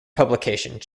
publication